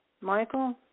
Michael